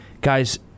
Guys